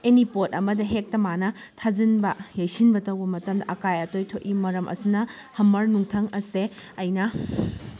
ꯑꯦꯅꯤ ꯄꯣꯠ ꯑꯃꯗ ꯍꯦꯛꯇ ꯃꯥꯅ ꯊꯥꯖꯤꯟꯕ ꯌꯩꯁꯤꯟꯕ ꯇꯧꯕ ꯃꯇꯝꯗ ꯑꯀꯥꯏ ꯑꯇꯣꯏ ꯊꯣꯛꯏ ꯃꯔꯝ ꯑꯁꯤꯅ ꯍꯝꯃꯔ ꯅꯨꯡꯊꯪ ꯑꯁꯦ ꯑꯩꯅ